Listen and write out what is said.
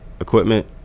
equipment